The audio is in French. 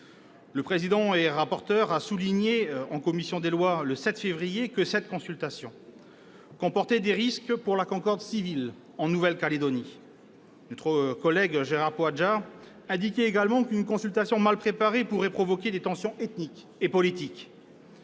en présence. Il a souligné en commission des lois, le 7 février dernier, que cette consultation comportait des risques pour la concorde civile en Nouvelle-Calédonie. Notre collègue Gérard Poadja indiquait également qu'une consultation mal préparée pourrait provoquer des tensions ethniques et politiques.